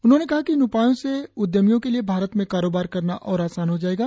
उन्होंने कहा कि इन उपायों से उद्यमियों के लिए भारत में कारोबार करना और आसान हो जाएगा